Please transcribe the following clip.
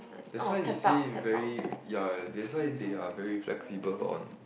that's why they say very ya that's why they are very flexible on